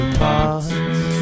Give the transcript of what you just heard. parts